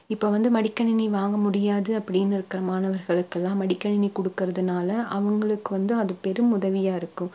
இப்போ வந்து மடிக்கணினி வாங்க முடியாது அப்படின்னு இருக்கிற மாணவர்களுக்கெல்லாம் மடிக்கணினி கொடுக்கறதுனால அவங்களுக்கு வந்து அது பெரும் உதவியாக இருக்கும்